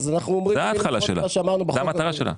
זה ההתחלה שלה זה המטרה שלה.